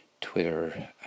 Twitter